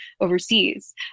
overseas